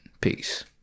peace